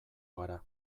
gara